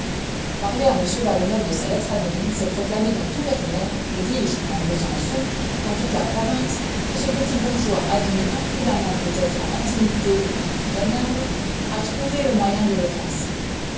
parler à m valenod de sa lettre anonyme c'est proclamer dans tout verrières que dis-je dans besançon dans toute la province que ce petit bourgeois admis imprudemment peut-être à l'intimité d'un rênal a trouvé le moyen de l'offenser